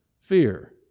fear